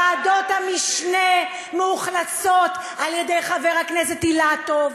ועדות המשנה מאוכלסות על-ידי חבר הכנסת אילטוב,